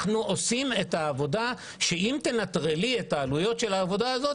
אנחנו עושים את העבודה שאם תנטרלי את העלויות של העבודה הזאת,